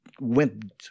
went